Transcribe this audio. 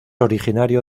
originario